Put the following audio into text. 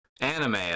anime